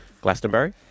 Glastonbury